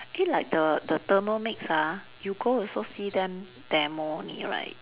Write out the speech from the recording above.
like the the Thermomix ah you go also see them demo only right